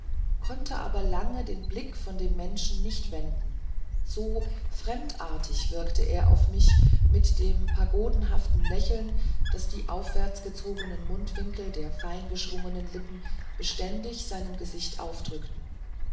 konnte aber lange den blick von dem menschen nicht wenden so fremdartig wirkte er auf mich mit dem pagodenhaften lächeln das die aufwärts gezogenen mundwinkel der feingeschwungenen lippen beständig seinem gesicht aufdrückten